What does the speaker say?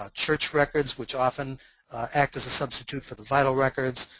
ah church records, which often act as a substitute for the vital records,